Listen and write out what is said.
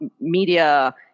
media